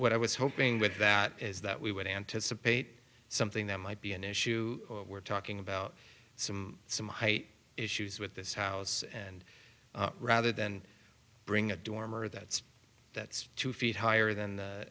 what i was hoping with that is that we would anticipate something that might be an issue we're talking about some some height issues with this house and rather than bring a dormer that's that's two feet higher than the